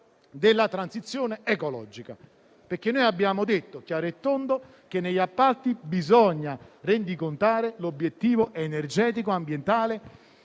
della transizione ecologica. Abbiamo detto chiaro e tondo che negli appalti bisogna rendicontare l'obiettivo energetico ambientale